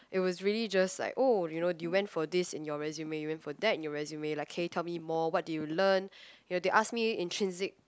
it was really just like oh you know you went for this in your resume you went for that in your resume like can you tell me more what did you learn ya they ask me intrinsic